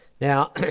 Now